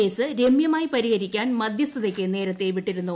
case രമൃമായി പരിഹരിക്കാൻ മധ്യസ്ഥതയ്ക്ക് നേരത്തെ വിട്ടിരുന്നു